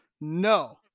No